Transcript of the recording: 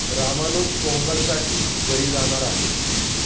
रामानुज पोंगलसाठी घरी जाणार आहे